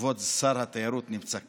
שכבוד שר התיירות נמצא כאן.